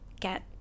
get